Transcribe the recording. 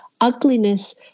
ugliness